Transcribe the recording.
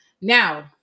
Now